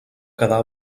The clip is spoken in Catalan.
quedar